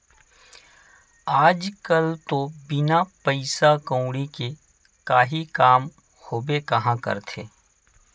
आज कल तो बिना पइसा कउड़ी के काहीं काम होबे काँहा करथे